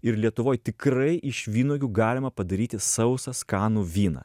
ir lietuvoj tikrai iš vynuogių galima padaryti sausą skanų vyną